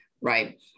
right